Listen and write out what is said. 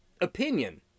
opinion